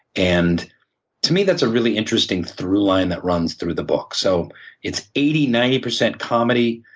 and to me that's a really interesting through line that runs through the book. so it's eighty, ninety percent comedy,